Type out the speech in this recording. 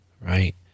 Right